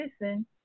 listen